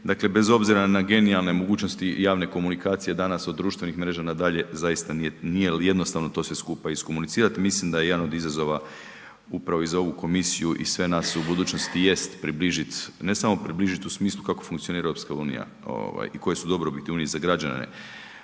dakle bez obzira na genijalne mogućnosti javne komunikacije danas od društvenih mreža na dalje zaista nije jednostavno to sve skupa iskomunicirati, mislim da je jedan od izazova upravo i za ovu komisiju i sve nas u budućnosti jest približit, ne samo približit u smislu kako funkcionira EU ovaj i koje su dobrobiti unije za građane,